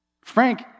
Frank